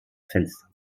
fenster